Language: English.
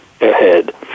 ahead